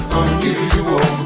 unusual